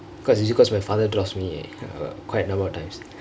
cause it's because my father trust me quite number of times